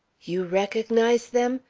you recognize them?